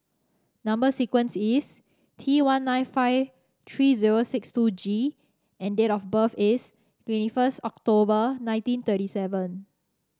number sequence is T one nine five three zero six two G and date of birth is twenty first October nineteen thirty seven